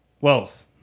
Wells